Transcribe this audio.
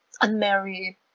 unmarried